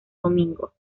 domingo